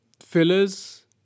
fillers